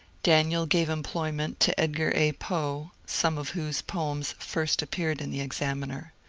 daniel gave employment to edgar a. poe, some of whose poems first appeared in the examiner.